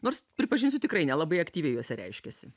nors pripažinsiu tikrai nelabai aktyviai juose reiškiasi